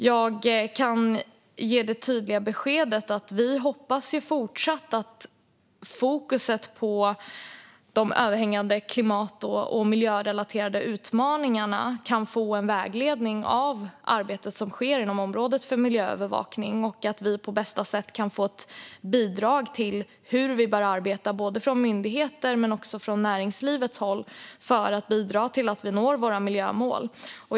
Jag kan ge det tydliga beskedet att vi även fortsättningsvis hoppas att fokuset på de överhängande klimat och miljörelaterade utmaningarna får vägledning av det arbete som sker inom området för miljöövervakning och att vi på bästa sätt kan få ett bidrag till hur myndigheter men även näringslivet bör arbeta för att bidra till att vi i Sverige når våra miljömål.